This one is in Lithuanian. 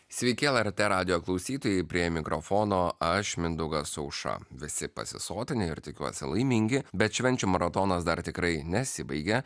sveiki lrt radijo klausytojai prie mikrofono aš mindaugas auša visi pasisotinę ir tikiuosi laimingi bet švenčių maratonas dar tikrai nesibaigia